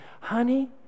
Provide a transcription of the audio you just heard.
Honey